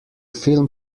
film